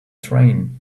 train